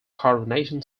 coronation